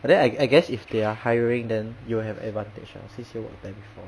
but then I I guess if they are hiring then you will have advantage [what] since you work there before